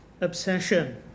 obsession